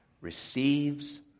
receives